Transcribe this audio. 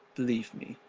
believe me.